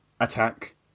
attack